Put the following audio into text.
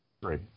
three